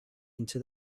into